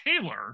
Taylor